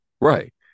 right